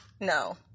no